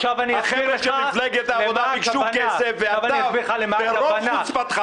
החבר'ה של מפלגת העבודה ביקשו כסף ואתה ברוב חוצפתך